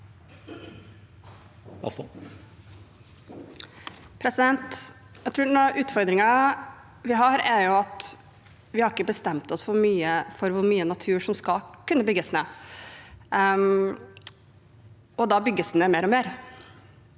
noe av ut- fordringen vi har, er at vi ikke har bestemt oss for hvor mye natur som skal kunne bygges ned, og da bygges det ned mer og mer.